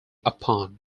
upon